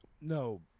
No